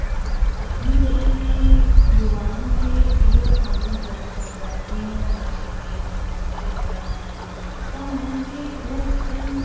कटनी जिले में युवाउनि खे इहो सामनो करिणो पवंदो आहे जीअं ॿार ट्वैल्थ पास करे निकिरंदा आहिनि त उन्हनि खे उहो स्थल